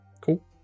Cool